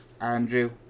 andrew